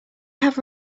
have